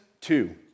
two